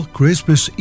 Christmas